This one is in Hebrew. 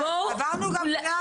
עברנו גם קריאה ראשונה.